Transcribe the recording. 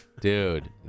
Dude